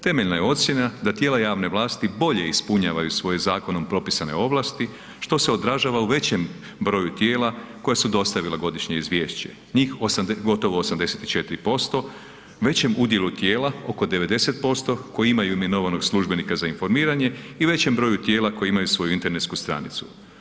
Temeljna je ocjena da tijela javne vlasti bolje ispunjavaju svoje zakonom propisane ovlasti, što se odražava u većem broju tijela koje su dostavile godišnje izvješće, njih gotovo 84%, većem udjelu tijela oko 90% koje imaju imenovanog službenika za informiranje i većem broju tijela koje imaju svoju internetsku stranicu.